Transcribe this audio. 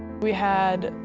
we had